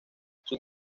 sus